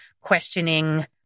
questioning